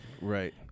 right